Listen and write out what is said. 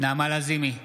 נעמה לזימי,